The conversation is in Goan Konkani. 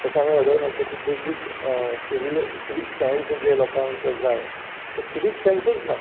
जशें हांवे वदोळ म्हणलें की बेसीक सिवील सिवीक सेन्स जे लोकांक जाय तें सिवीक सेन्सूच ना